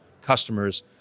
customers